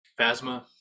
Phasma